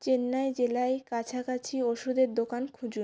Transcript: চেন্নাই জেলায় কাছাকাছি ওষুধের দোকান খুঁজুন